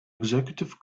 executive